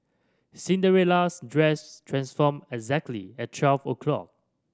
Cinderella's dress transformed exactly at twelve o'clock